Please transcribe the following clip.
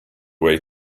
wait